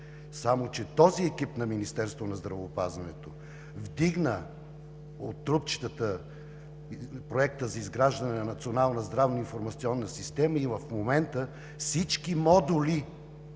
Само че този екип на Министерството на здравеопазването вдигна от трупчетата проекта за изграждане на Национална здравно-информационна система и в момента всички модули,